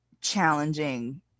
challenging